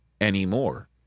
anymore